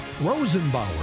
Rosenbauer